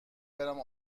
برم